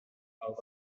out